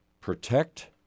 protect